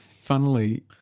Funnily